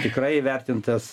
tikrai įvertintas